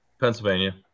Pennsylvania